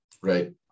Right